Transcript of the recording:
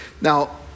Now